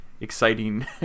exciting